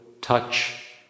touch